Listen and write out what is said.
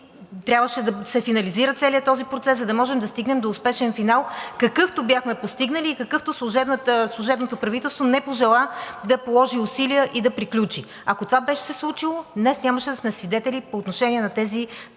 Трябваше да се финализира целият този процес, за да можем да стигнем до успешен финал, какъвто бяхме постигнали и какъвто служебното правителство не пожела да положи усилия и да приключи. Ако това беше се случило, днес нямаше да сме свидетели по отношение на тези цени